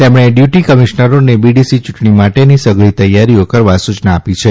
તેમણે ડેપ્યુટી કમિશ્નરાખે બીડીસી યૂંટણી માટેની સઘળી તૈયારીઓ કરવા સૂયના આપી છે